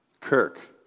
Kirk